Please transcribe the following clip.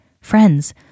Friends